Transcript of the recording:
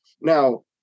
Now